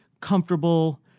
Comfortable